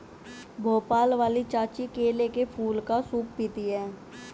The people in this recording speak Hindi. भोपाल वाली चाची केले के फूल का सूप पीती हैं